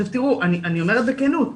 אני אומרת בכנות: